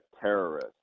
terrorist